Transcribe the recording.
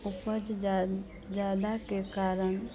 उपज जा ज़्यादा के कारण